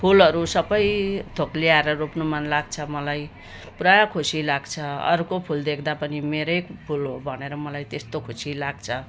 फुलहरू सबै थोक ल्याएर रोप्नु मनलाग्छ मलाई पुरा खुसी लाग्छ अरूको फुल देख्दा पनि मेरै फुल हो भनेर मलाई त्यस्तो खुसी लाग्छ